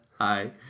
hi